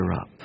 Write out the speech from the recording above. up